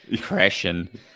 crashing